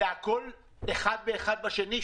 הכול תלוי האחד בשני.